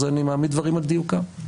אז אני מעמיד דברים על דיוקם.